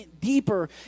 deeper